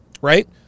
right